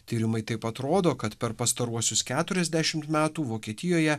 tyrimai taip pat rodo kad per pastaruosius keturiasdešimt metų vokietijoje